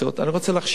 אני רוצה להכשיר.